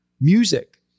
music